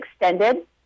extended